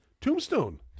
Tombstone